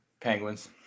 Penguins